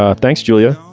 ah thanks julia.